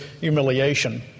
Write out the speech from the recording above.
humiliation